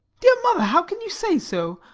dear mother, how can you say so?